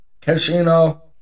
Casino